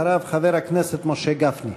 אחריו, חבר הכנסת משה גפני.